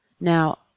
Now